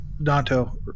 Danto